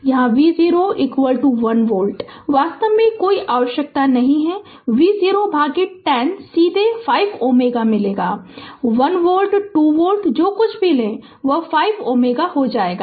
यहाँ V0 1 volt वास्तव में कोई आवश्यकता नहीं है V0 भागित 1 0 सीधे 5 Ω मिलेगा 1 वोल्ट 2 वोल्ट जो कुछ भी ले वह 5 Ω हो जाएगा